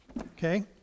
okay